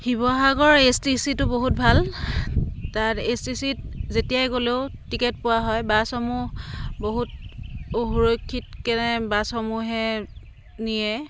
Sivasagar A S T C টো বহুত ভাল তাত এ এছ টি চি ত যেতিয়াই গ'লেও টিকেট পোৱা হয় বাছসমূহ বহুত সুৰক্ষিতকৈ বাছসমূহে নিয়ে